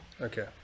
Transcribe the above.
Okay